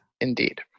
Indeed